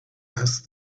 asked